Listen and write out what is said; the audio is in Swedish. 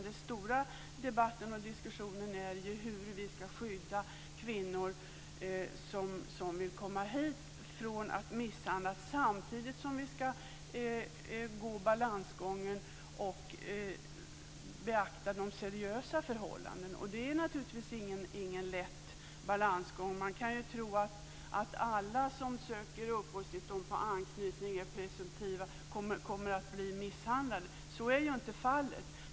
Den stora debatten och diskussionen gäller hur vi ska skydda kvinnor som vill komma hit från att misshandlas samtidigt som vi ska gå balansgången och beakta de seriösa förhållandena. Det är naturligtvis ingen lätt balansgång. Man kan ju tro att alla som söker uppehållstillstånd på anknytning kommer att blir misshandlade. Så är inte fallet.